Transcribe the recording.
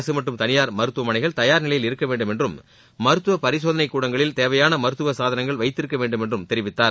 அரசு மற்றும் தனியார் மருத்துவமனைகள் தயார்நிலையில் இருக்கவேண்டுமென்றும் மருத்துவ பரிசோதனைக் கூடங்களில் தேவையான மருத்துவ சாதனங்கள் வைத்திருக்க வேண்டுமென்றும் தெரிவித்தார்